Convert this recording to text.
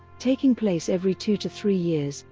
taking place every two to three years,